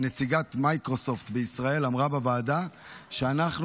נציגת מייקרוסופט בישראל אמרה בוועדה שאנחנו,